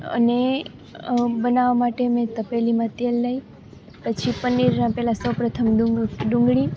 અને બનાવવાં માટે મેં તપેલીમાં તેલ લઈ પછી પનીરનાં પહેલાં સૌપ્રથમ ડુંગળી